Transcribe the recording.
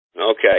Okay